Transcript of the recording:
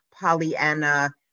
Pollyanna